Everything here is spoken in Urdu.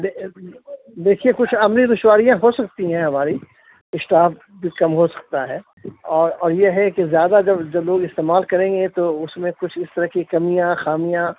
دیکھیے کچھ عملی دشواریاں ہو سکتی ہیں ہماری اسٹاف بھی کم ہو سکتا ہے اور اور یہ ہے کہ زیادہ جب جب لوگ استعمال کریں گے تو اس میں کچھ اس طرح کی کمیاں خامیاں